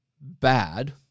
bad